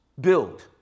build